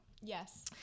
Yes